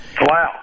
Wow